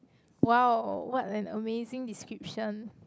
!wow! what an amazing description